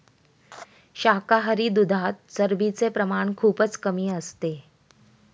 शाकाहारी दुधात चरबीचे प्रमाण खूपच कमी असते